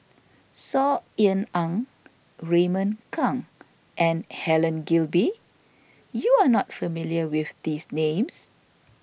Saw Ean Ang Raymond Kang and Helen Gilbey you are not familiar with these names